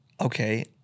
okay